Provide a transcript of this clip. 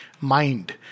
mind